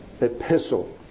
epistle